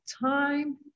time